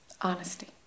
Honesty